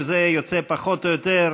שזה יוצא פחות או יותר,